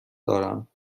دارم